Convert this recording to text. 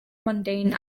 mundane